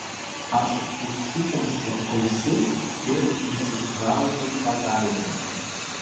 aš užsikemšu ausis ir įsispraudžiu pagalvėn